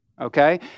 okay